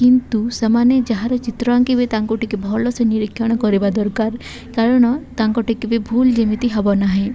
କିନ୍ତୁ ସେମାନେ ଯାହାର ଚିତ୍ର ଆଙ୍କିବେ ତାଙ୍କୁ ଟିକେ ଭଲସେ ନିରୀକ୍ଷଣ କରିବା ଦରକାର କାରଣ ତାଙ୍କ ଟିକେ ବି ଭୁଲ ଯେମିତି ହବ ନାହିଁ